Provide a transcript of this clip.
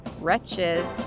Wretches